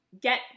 get